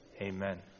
Amen